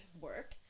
work